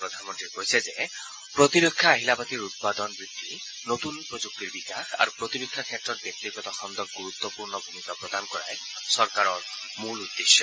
প্ৰধানমন্ত্ৰীয়ে কৈছে যে প্ৰতিৰক্ষা আহিলাপাতি উৎপাদন বৃদ্ধি নতুন প্ৰযুক্তিৰ বিকাশ আৰু প্ৰতিৰক্ষা ক্ষেত্ৰত ব্যক্তিগত খণ্ডক গুৰুত্বপূৰ্ণ ভূমিকা প্ৰদান কৰাই চৰকাৰৰ মূল উদ্দেশ্য